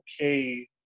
okay